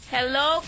Hello